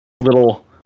little